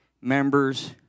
members